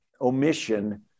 omission